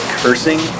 cursing